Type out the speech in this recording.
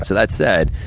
so that said,